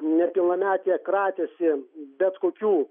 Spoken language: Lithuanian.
nepilnametė kratėsi bet kokių